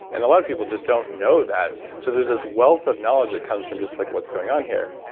and a lot of people just don't know that, so there's this wealth of knowledge that comes from just like, what's going on here.